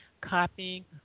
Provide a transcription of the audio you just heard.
copying